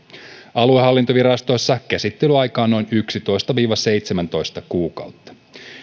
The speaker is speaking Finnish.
aluehallintovirastoissa käsittelyaika on noin yksitoista viiva seitsemäntoista kuukautta